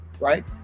Right